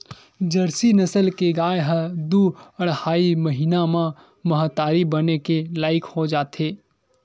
Jersey नसल के गाय ह दू अड़हई महिना म महतारी बने के लइक हो जाथे